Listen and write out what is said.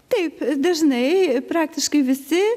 taip dažnai praktiškai visi